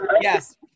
Yes